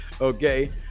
Okay